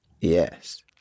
yes